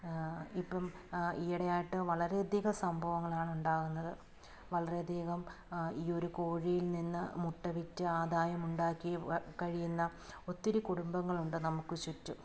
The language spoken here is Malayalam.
ഇപ്പം ഈയിടെ ആയിട്ട് വളരെയധികം സംഭവങ്ങളാണ് ഉണ്ടാവുന്നത് വളരെയധികം ഈ ഒരു കോഴിയിൽ നിന്ന് മുട്ട വിറ്റ് ആദായമുണ്ടാക്കി വ കഴിയുന്ന ഒത്തിരി കുടുമ്പങ്ങളുണ്ട് നമുക്ക് ചുറ്റും